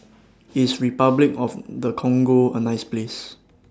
IS Repuclic of The Congo A nice Place